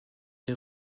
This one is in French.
des